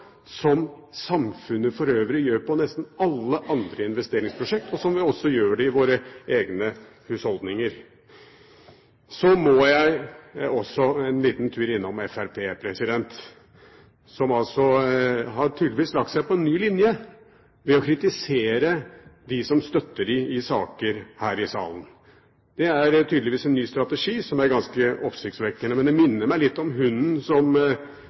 som samfunnet for øvrig gjør på nesten alle andre investeringsprosjekt, og som vi også gjør det i våre egne husholdninger. Så må jeg også en liten tur innom Fremskrittspartiet, som tydeligvis har lagt seg på en ny linje ved å kritisere dem som støtter dem i saker her i salen. Det er tydeligvis en ny strategi, som er ganske oppsiktsvekkende. Det minner meg litt om hunden som